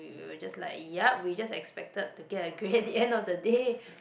we were just like yup we just expected to get a grade at the end of the day